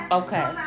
okay